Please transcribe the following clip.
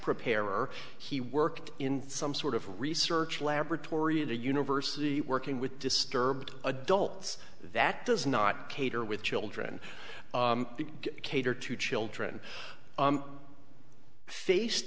preparer he worked in some sort of research laboratory at the university working with disturbed adults that does not cater with children to cater to children faced